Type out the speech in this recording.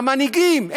המנהיגים,